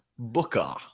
Booker